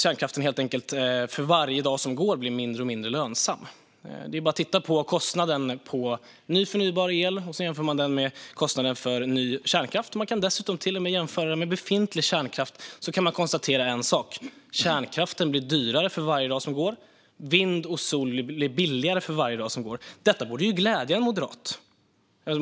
Kärnkraften blir helt enkelt mindre och mindre lönsam för varje dag som går. Det är bara att titta på kostnaden för ny förnybar el och jämföra den med kostnaden för ny kärnkraft. Även om man jämför med befintlig kärnkraft kan man konstatera en sak: Kärnkraften blir dyrare för varje dag som går. Vind och sol blir billigare för varje dag som går. Detta borde glädja en moderat.